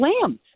lambs